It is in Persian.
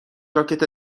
راکت